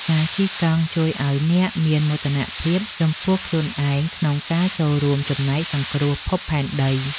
ការជិះកង់ជួយឱ្យអ្នកមានមោទនភាពចំពោះខ្លួនឯងក្នុងការចូលរួមចំណែកសង្គ្រោះភពផែនដី។